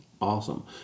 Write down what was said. Awesome